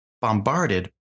bombarded